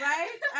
Right